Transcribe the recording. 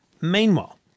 Meanwhile